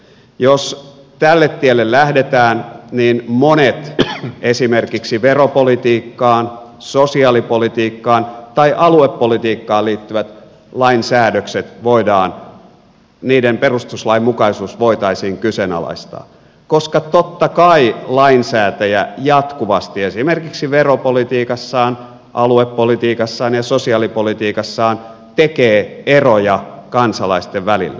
jos tälle tielle lähdetään niin monien esimerkiksi veropolitiikkaan sosiaalipolitiikkaan tai aluepolitiikkaan liittyvien lainsäädösten perustuslainmukaisuus voitaisiin kyseenalaistaa koska totta kai lainsäätäjä jatkuvasti esimerkiksi veropolitiikassaan aluepolitiikassaan ja sosiaalipolitiikassaan tekee eroja kansalaisten välillä